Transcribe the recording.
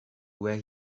where